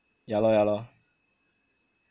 yah lor yah lor